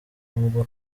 nubwo